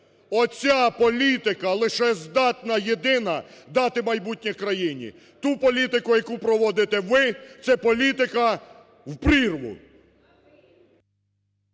Оця політика лише здатна єдина дати майбутнє країні. Ту політику, яку проводите ви, це політика в прірву!